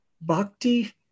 Bhakti